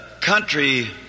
country